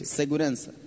segurança